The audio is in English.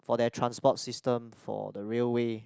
for their transport system for the railway